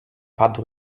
padł